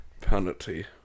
penalty